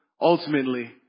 ultimately